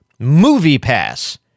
MoviePass